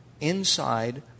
inside